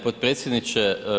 potpredsjedniče.